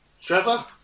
Trevor